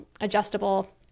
adjustable